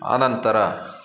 ಆನಂತರ